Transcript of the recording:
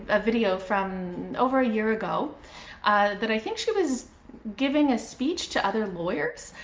a video from over a year ago that i think she was giving a speech to other lawyers,